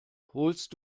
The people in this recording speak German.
holst